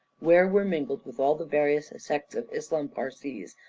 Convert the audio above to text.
where were mingled with all the various sects of islam parsees,